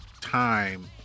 time